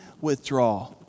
withdraw